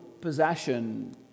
possession